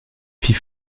filles